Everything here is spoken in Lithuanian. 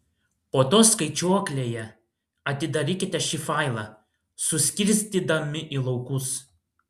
po to skaičiuoklėje atidarykite šį failą suskirstydami į laukus